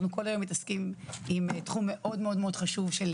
אנחנו כל היום מתעסקים עם תחום מאוד מאוד חשוב של